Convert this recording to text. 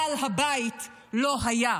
בעל הבית לא היה.